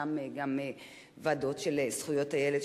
בחלקן גם ועדות של זכויות הילד,